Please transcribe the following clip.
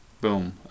boom